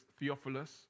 Theophilus